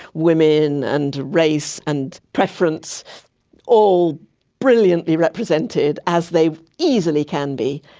women and race and preference all brilliantly represented, as they easily can be,